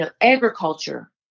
agriculture